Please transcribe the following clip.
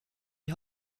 die